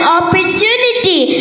opportunity